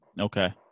Okay